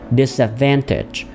disadvantage